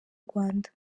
rwanda